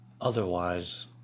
otherwise